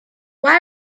why